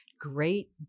great